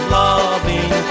loving